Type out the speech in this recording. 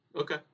Okay